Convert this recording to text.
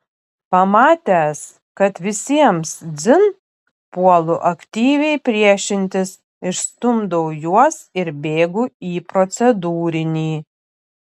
pamatęs kad visiems dzin puolu aktyviai priešintis išstumdau juos ir bėgu į procedūrinį